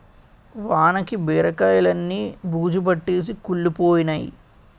వానకి బీరకాయిలన్నీ బూజుపట్టేసి కుళ్లిపోయినై